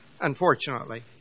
unfortunately